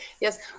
yes